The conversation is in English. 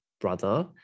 brother